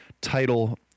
title